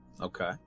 okay